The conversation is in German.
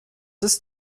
ist